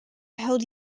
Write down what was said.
held